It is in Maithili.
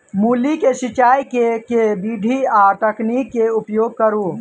मूली केँ सिचाई केँ के विधि आ तकनीक केँ उपयोग करू?